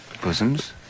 Bosoms